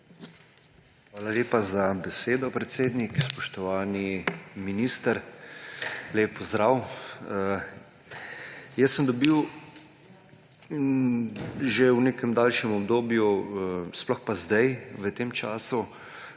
Hvala lepa za besedo, predsednik. Spoštovani minister, lep pozdrav! V nekem daljšem obdobju, sploh pa zdaj, v tem času,